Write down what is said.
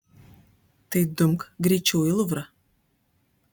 tai dumk greičiau į luvrą